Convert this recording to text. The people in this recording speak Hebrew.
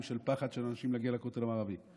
של פחד של אנשים להגיע לכותל המערבי.